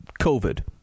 covid